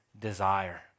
desire